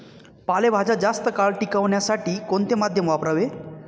पालेभाज्या जास्त काळ टिकवण्यासाठी कोणते माध्यम वापरावे?